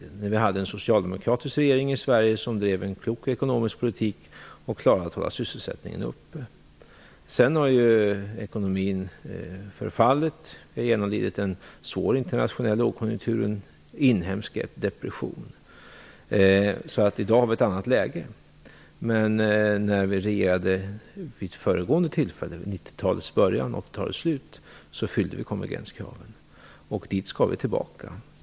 Det var då Sverige hade en socialdemokratisk regering som drev en klok ekonomisk politik och klarade att hålla sysselsättningen uppe. Sedan har ekonomin förfallit och genomlidit en svår internationell lågkonjunktur och en inhemsk depression. I dag har vi ett annat läge. När vi regerade vid 90-talets början och 80-talets slut uppfyllde Sverige konvergenskraven. Vi skall komma tillbaka dit.